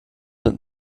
mit